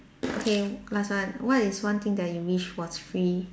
okay last one what is one thing that you wish was free